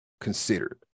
considered